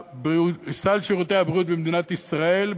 סל שירותי הבריאות במדינת ישראל,